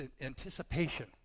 anticipation